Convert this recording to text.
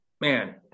man